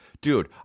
Dude